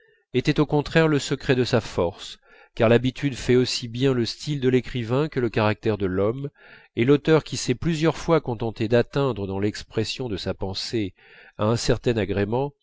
était au contraire le secret de sa force car l'habitude fait aussi bien le style de l'écrivain que le caractère de l'homme et l'auteur qui s'est plusieurs fois contenté d'atteindre dans l'expression de sa pensée à un certain